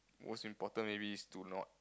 most important maybe is to not